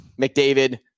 McDavid